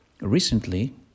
recently